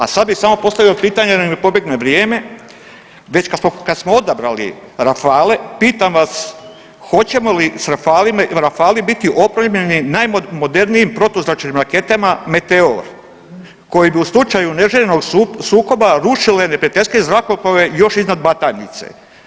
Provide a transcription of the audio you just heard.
A sad bi samo postavio pitanje da mi ne pobjegne vrijeme, već kad smo odabrali Rafale, pitam vas hoćemo li s Rafalima il Rafali biti opremljeni najmodernijim protuzračnim raketama Meteor koje bi u slučaju neželjenog sukoba rušile neprijateljske zrakoplove još iznad Bajnice.